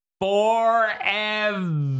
Forever